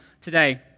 today